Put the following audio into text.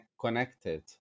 connected